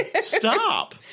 Stop